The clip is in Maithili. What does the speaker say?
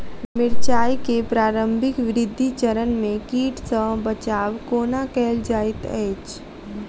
मिर्चाय केँ प्रारंभिक वृद्धि चरण मे कीट सँ बचाब कोना कैल जाइत अछि?